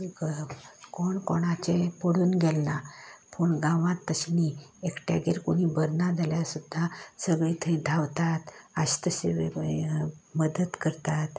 कोण कोणाचें कोण कोणाचें पडून गेल ना पूण गांवांत तशें न्ही एकट्यागेर कोणूय बर नाजाल्यार सुद्दां सगलीं थंय धांवतात आसा तशी मदत करतात